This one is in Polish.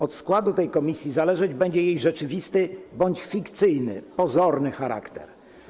Od składu tej komisji zależeć będzie jej rzeczywisty bądź fikcyjny, pozorny charakter.